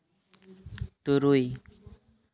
ᱛᱩᱨᱩᱭ